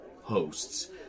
hosts